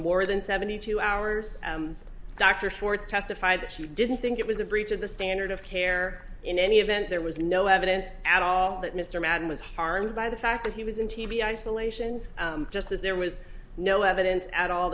more than seventy two hours dr swartz testified that she didn't think it was a breach of the standard of care in any event there was no evidence at all that mr madden was harmed by the fact that he was in t v isolation just as there was no evidence at all